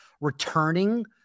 returning